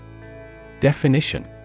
Definition